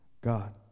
God